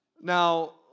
Now